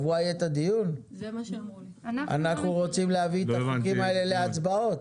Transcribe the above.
אנחנו רוצים להביא את החוקים האלה להצבעות.